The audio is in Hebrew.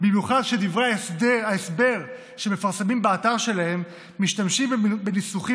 במיוחד כשדברי ההסבר שהם מפרסמים באתר שלהם משתמשים בניסוחים